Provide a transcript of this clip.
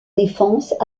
défenses